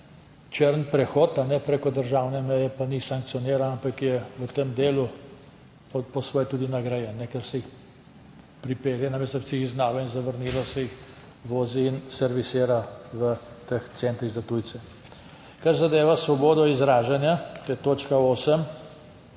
črni prehod preko državne meje pa ni sankcioniran, ampak je v tem delu po svoje tudi nagrajen, ker se jih pripelje. Namesto da bi se jih izgnalo in zavrnilo, se jih vozi in servisira v teh centrih za tujce. Kar zadeva svobodo izražanja, to je točka 8,